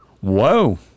Whoa